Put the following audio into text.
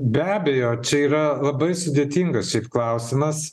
be abejo čia yra labai sudėtingas šiaip klausimas